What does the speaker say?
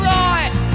right